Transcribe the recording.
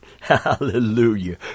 Hallelujah